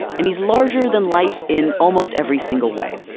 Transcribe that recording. and he's larger than life in almost every single way.